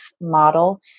model